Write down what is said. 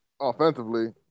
offensively